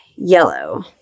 yellow